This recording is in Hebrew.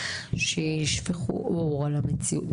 שישפכו אור על המציאות,